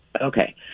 okay